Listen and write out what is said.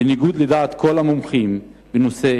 בניגוד לדעת כל המומחים בנושא,